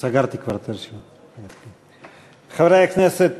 חברי הכנסת,